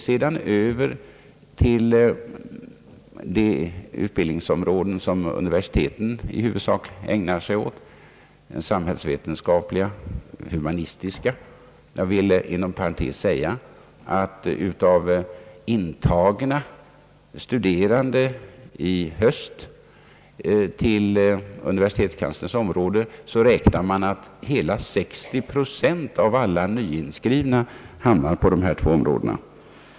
Sedan kommer vi till de utbildningsområden som universiteten i huvudsak ägnar sig åt, de samhällsvetenskapliga och humanistiska — jag vill inom parentes säga att man beräknar att hela 60 procent av alla nyinskrivna vid universiteten i höst hamnat på dessa två områden.